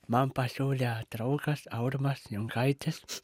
man pasiūlė draugas aurimas jungaitis